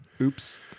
Oops